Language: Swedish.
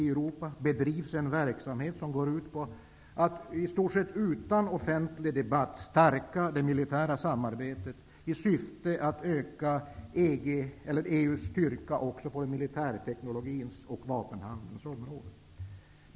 Europa, bedrivs en verksamhet som går ut på att man i stort sett utan offentlig debatt skall stärka det militära samarbetet i syfte att öka EG/EU:s styrka också på militärteknologins och vapenhandelns område.